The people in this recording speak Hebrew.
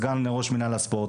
סגן ראש מינהל הספורט,